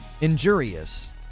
Injurious